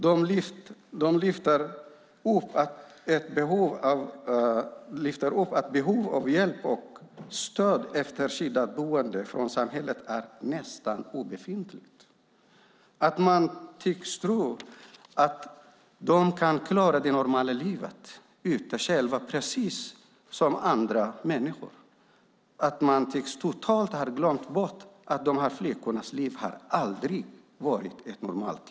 De lyfte upp att stöd och hjälp från samhället efter skyddat boende är nästan obefintligt. Man tycks tro att de kan klara det normala livet ute i samhället själva precis som andra människor. Man tycks totalt ha glömt att dessa flickors liv aldrig har varit normalt.